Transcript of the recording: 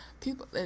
people